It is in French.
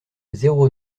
zéro